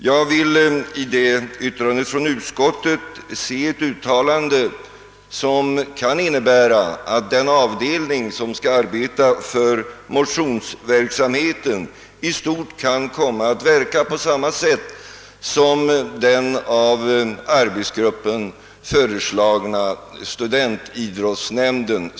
Jag vill tolka detta utskottets yttrande så, att den avdelning som skall arbeta för motionsverksamheten i stort sett kommer att verka på samma sätt som den av arbetsgruppen föreslagna studentidrottsnämnden.